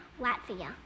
Latvia